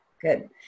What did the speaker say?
Good